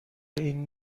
این